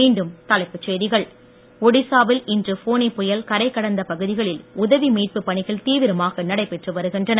மீண்டும் தலைப்புச் செய்திகள் ஒடிசா வில் இன்று ஃபானி புயல் கரைகடந்த பகுதிகளில் உதவி மீட்புப் பணிகள் தீவிரமாக நடைபெற்று வருகின்றன